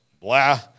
blah